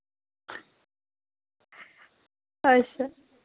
अच्छा